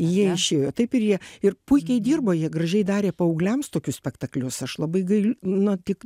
jie išėjo taip ir jie ir puikiai dirbo jie gražiai darė paaugliams tokius spektaklius aš labai gail na tik